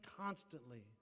constantly